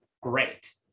great